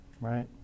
Right